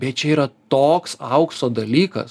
bet čia yra toks aukso dalykas